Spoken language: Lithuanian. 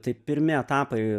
tai pirmi etapai